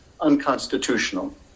unconstitutional